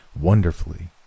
wonderfully